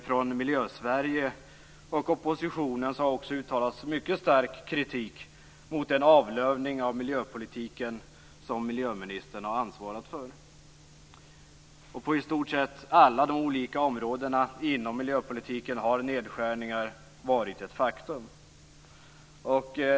Från Miljösverige och från oppositionen har också mycket stark kritik uttalats mot den avlövning av miljöpolitiken som miljöministern har ansvarat för. På i stort sett alla de olika områdena inom miljöpolitiken har nedskärningar varit ett faktum.